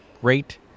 great